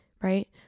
right